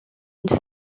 une